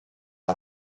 not